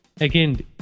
Again